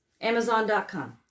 Amazon.com